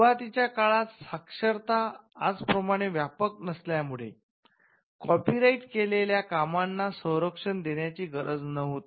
सुरुवातीच्या काळात साक्षरता आजप्रमाणे व्यापक नसल्यामुळे कॉपीराइट केलेल्या कामांना संरक्षण देण्याची गरज नव्हती